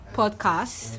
podcast